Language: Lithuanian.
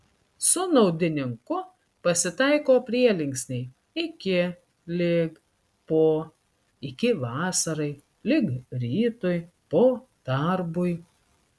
su naudininku pasitaiko prielinksniai iki lig po iki vasarai lig rytui po darbui